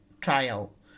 trial